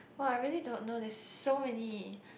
!wah! I really don't know there's so many